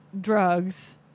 drugs